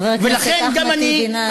חבר הכנסת אחמד טיבי, נא לסיים.